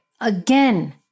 again